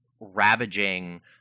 ravaging